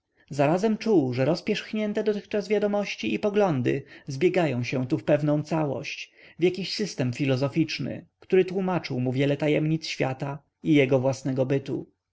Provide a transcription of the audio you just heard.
zarazem czuł że rozpierzchnięte dotychczas wiadomości i poglądy zbiegają się w pewną całość w jakiś system filozoficzny który tłómaczył mu wiele tajemnic świata i jego własnego bytu